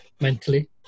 mentally